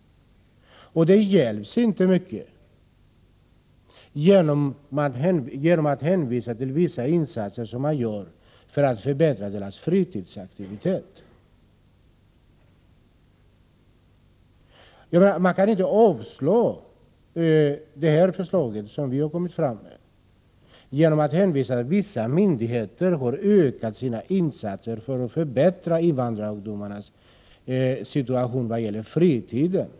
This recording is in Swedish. Det hjälper inte mycket att hänvisa till vissa insatser som görs för att förbättra ungdomarnas fritidsaktiviteter. Man kan inte avslå det förslag som vi har lagt fram genom att hänvisa till att vissa myndigheter har ökat sina insatser för att förbättra invandrarungdomarnas situation vad gäller fritiden.